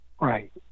Right